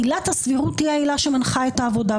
עילת הסבירות היא העילה שמנחה את העבודה.